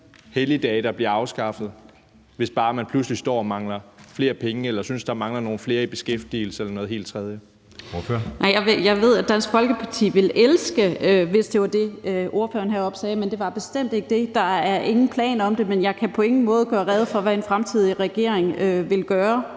helligdage, der bliver afskaffet, hvis man pludselig står og mangler flere penge eller synes, der mangler nogle flere i beskæftigelse eller noget helt tredje? Kl. 19:44 Anden næstformand (Jeppe Søe): Ordføreren. Kl. 19:44 Karin Liltorp (M): Jeg ved, at Dansk Folkeparti ville elske det, hvis det var det, ordføreren heroppe sagde, men det var det bestemt ikke. Der er ingen planer om det. Men jeg kan på ingen måde gøre rede for, hvad en fremtidig regering vil gøre